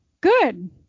good